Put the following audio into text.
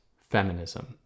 feminism